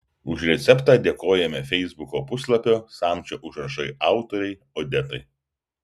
už receptą dėkojame feisbuko puslapio samčio užrašai autorei odetai